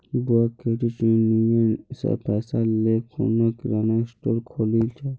बुआ credit union स पैसा ले खूना किराना स्टोर खोलील छ